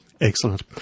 Excellent